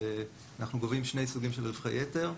שאנחנו גובים שני סוגים של רווחי יתר.